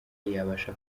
yabasha